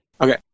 Okay